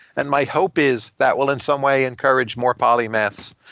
and my hope is that will in some way encourage more polymaths.